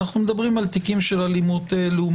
אנחנו מדברים על תיקים של אלימות לאומנית.